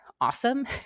awesome